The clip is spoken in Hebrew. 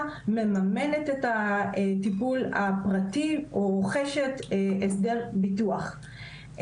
מממנת את הטיפול הפרטי או רוכשת הסדר ביטוח.